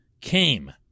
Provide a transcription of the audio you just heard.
came